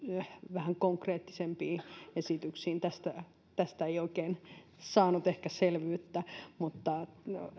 vähän konkreettisempiin esityksiin tästä tästä ei ehkä oikein saanut selvyyttä mutta